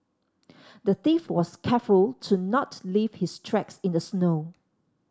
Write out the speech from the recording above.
the thief was careful to not leave his tracks in the snow